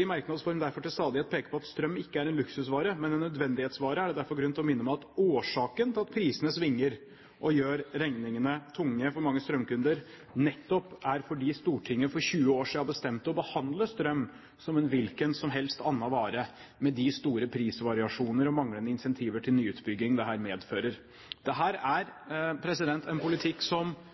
i merknads form til stadighet peker på at strøm ikke er en luksusvare, men en nødvendighetsvare, er det derfor grunn til å minne om at årsaken til at prisene svinger og gjør regningene tunge for mange strømkunder, nettopp er at Stortinget for 20 år siden bestemte at man skulle behandle strøm som en hvilken som helst annen vare, med de store prisvariasjoner og manglende incentiver til nyutbygging dette medfører. Dette er en politikk som vanligvis og ellers passer godt inn i det